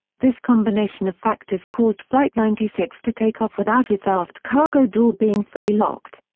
this combination of factors caused flight ninety six to take off without its aft cargo door being fully locked.